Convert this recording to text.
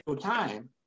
time